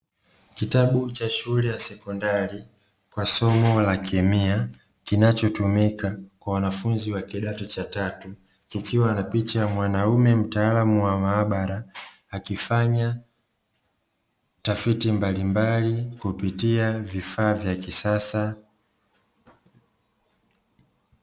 Kitabu cha shule ya sekondari cha somo la kemia, kinachotumika kwa wanafunzi wa kidato cha tatu, kikiwa na picha ya mwanamume mtaalamu wa maabara, akifanya tafiti mbalimbali kupitia vifaa vya kisasa.